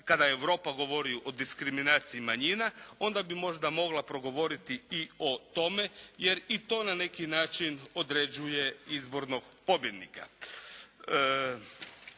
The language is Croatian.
kada Europa govori o diskriminaciji manjina onda bi možda mogla progovoriti i o tome jer i to na neki način određuje izbornog pobjednika.